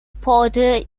porter